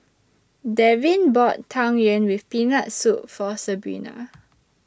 Davin bought Tang Yuen with Peanut Soup For Sabrina